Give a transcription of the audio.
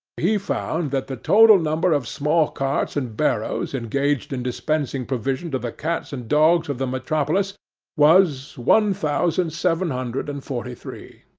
he found that the total number of small carts and barrows engaged in dispensing provision to the cats and dogs of the metropolis was, one thousand seven hundred and forty-three.